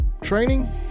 training